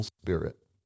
spirit